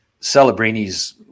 Celebrini's